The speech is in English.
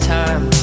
time